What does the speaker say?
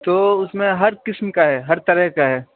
تو اس میں ہر قسم کا ہے ہر طرح کا ہے